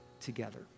together